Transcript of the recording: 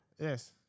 Yes